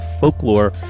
Folklore